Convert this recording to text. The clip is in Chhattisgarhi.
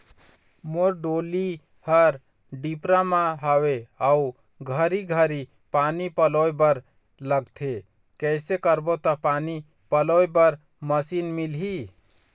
मोर डोली हर डिपरा म हावे अऊ घरी घरी पानी पलोए बर लगथे कैसे करबो त पानी पलोए बर मशीन मिलही?